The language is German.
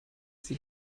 sie